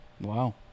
Wow